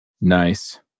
Nice